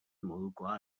modukoa